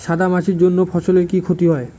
সাদা মাছির জন্য ফসলের কি ক্ষতি হয়?